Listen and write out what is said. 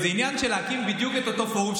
זה עניין של להקים בדיוק את אותו פורום.